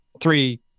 Three